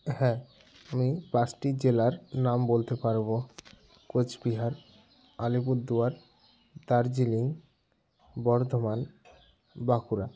হ্যাঁ আমি পাঁচটি জেলার নাম বলতে পারবো কোচবিহার আলিপুরদুয়ার দার্জিলিং বর্ধমান বাঁকুড়া